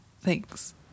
Thanks